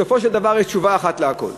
בסופו של דבר יש תשובה אחת לכול.